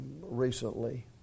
recently